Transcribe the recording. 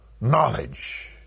knowledge